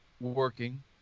working